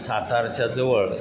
सातारच्याजवळ